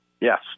Yes